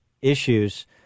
issues